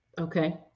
okay